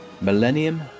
Millennium